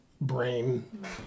brain